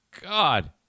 God